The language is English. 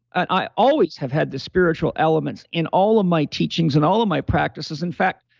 i always have had the spiritual elements in all of my teachings and all of my practices. in fact,